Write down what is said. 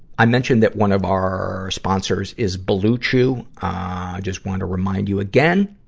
i mentioned that one of our, sponsors is blue chew. just want to remind you again,